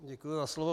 Děkuji za slovo.